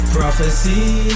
Prophecy